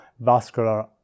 vascular